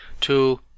To